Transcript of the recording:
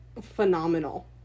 phenomenal